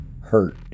hurt